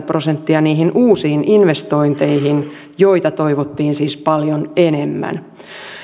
prosenttia niihin uusiin investointeihin joita toivottiin siis paljon enemmän